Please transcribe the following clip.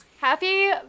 Happy